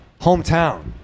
Hometown